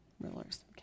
Rulers